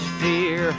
fear